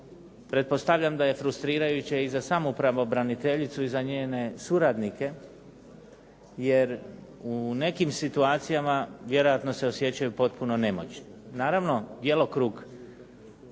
pretpostavljam da je frustrirajuće i za samu pravobraniteljicu i za njene suradnike jer u nekim situacijama vjerojatno se osjećaju potpuno nemoćnim.